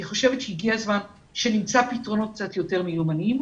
אני חושבת שהגיע הזמן שנמצא פתרונות קצת יותר מיומנים.